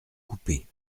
coupés